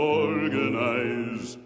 organize